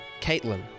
Caitlin